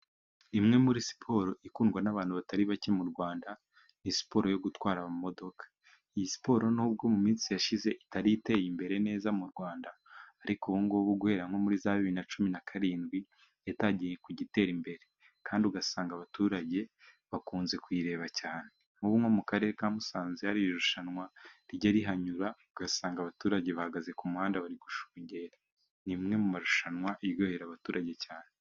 Imwe muri siporo ikundwa n'abantu batari bake mu Rwanda ni siporo yo gutwara imodoka . Iyi siporo nubwo mu minsi yashize itari iteye imbere neza mu Rwanda ,ariko ubungubu guhera nko muri za bibiri na cumi na karindwi yatangiye kujya itera imbere. Kandi ugasanga abaturage bakunze kuyireba cyane. Nk'ubu nko mu karere ka Musanze hari irushanwa rijya rihanyura ,ugasanga abaturage bahagaze ku muhanda bari gushungera. Ni rimwe mu marushanwa riryohera abaturage cyane.